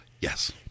yes